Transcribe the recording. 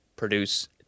produce